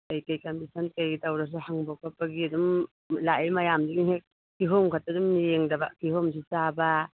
ꯀꯔꯤ ꯀꯔꯤ ꯀꯝꯄꯤꯇꯤꯁꯟ ꯀꯔꯤ ꯀꯔꯤ ꯇꯧꯔꯁꯨ ꯍꯪꯕ ꯈꯣꯠꯄꯒꯤ ꯑꯗꯨꯝ ꯂꯥꯛꯏ ꯃꯌꯥꯝꯁꯤ ꯍꯦꯛ ꯀꯤꯍꯣꯝ ꯈꯛꯇ ꯑꯗꯨꯝ ꯌꯦꯡꯗꯕ ꯀꯤꯍꯣꯝꯁꯨ ꯆꯥꯕ